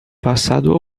passado